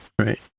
right